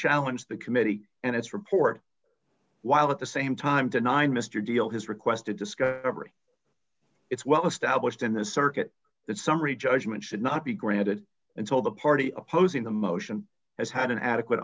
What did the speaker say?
challenge the committee and its report while at the same time denying mr deal his request to discuss every it's well established in this circuit that summary judgment should not be granted until the party opposing the motion has had an adequate